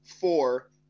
four